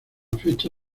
fecha